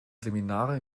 seminare